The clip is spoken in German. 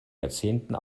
jahrzehnten